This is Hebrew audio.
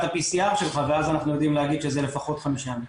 ה-PCR שלך ואז אנחנו יודעים להגיד שזה לפחות חמישה ימים.